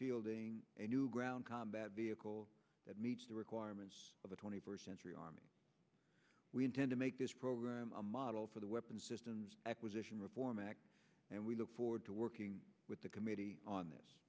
fielding a new ground combat vehicle that meets the requirements of a twenty first century army we intend to make this program a model for the weapon systems acquisition reform act and we look forward to working with the committee on this